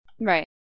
Right